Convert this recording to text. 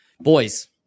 boys